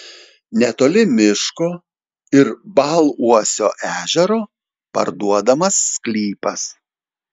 netoli miško ir baluosio ežero parduodamas sklypas